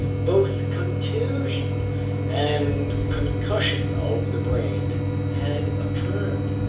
both contusion and concussion of the brain had occurred.